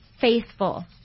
faithful